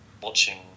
watching